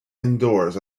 indoors